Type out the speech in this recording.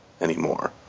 anymore